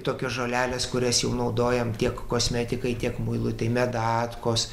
tokios žolelės kurias jau naudojam tiek kosmetikai tiek muilui tai medetkos